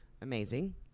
Amazing